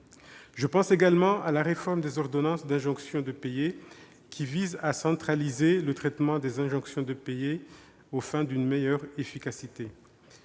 Je pense également à la réforme des ordonnances d'injonction de payer, qui vise à centraliser le traitement des injonctions de payer aux fins d'une meilleure efficacité.